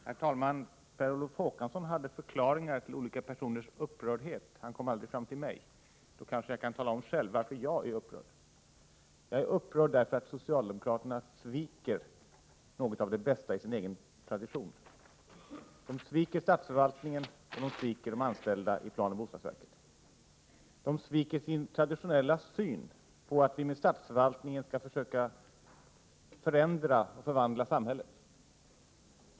Herr talman! Per Olof Håkansson hade förklaringar till olika personers upprördhet. Han kom aldrig fram till mig. Jag kanske då själv kan få tala om varför jag är upprörd. Jag är upprörd över att socialdemokraterna sviker något av det bästa i sin egen tradition. De sviker statsförvaltningen och de sviker de anställda i planoch bostadsverket. De sviker sin traditionella syn på hur vi gemensamt skall försöka förändra och förvandla samhället med hjälp av statsförvaltningen.